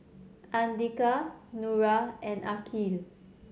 Andika Nura and Aqil